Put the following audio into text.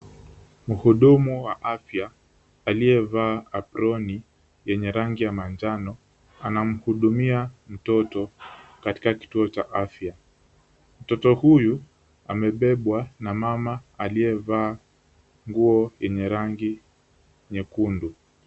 Mhudumu wa afya aliyevaa aproni yenye rangi ya manjano anamhudumia mtoto katika kituo cha afya. Mtoto huyu amebebwa na mama aliyevaa nguo yenye rangi nyekundu.